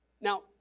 Now